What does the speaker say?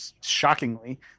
shockingly